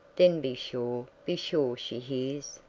then be sure, be sure she hears,